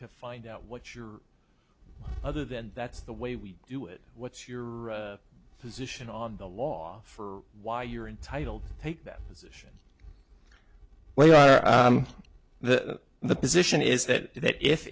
find out what your other than that's the way we do it what's your position on the law for why you're entitled to take that position where you are the the position is that if